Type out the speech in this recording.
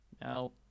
Now